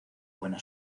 buena